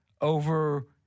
over